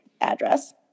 address